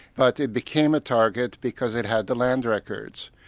but it became a target because it had the land records.